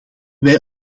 wij